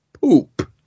poop